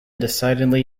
decidedly